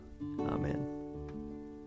Amen